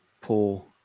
pull